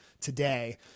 today